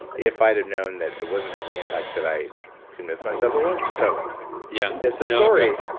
if i'd have known that it wasn't having the impact that i convinced myself it was? so yeah that's a story.